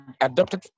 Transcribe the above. adopted